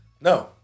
No